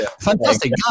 Fantastic